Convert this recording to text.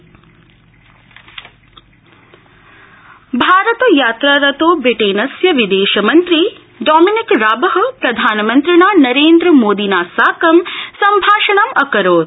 बिटम भारतयात्रारतो ब्रिटेनस्य विदेशमंत्री डॉनिमिकराब प्रधानमंत्रिणा नरेन्द्रमोदिना साकं संभाषणं अकरोत्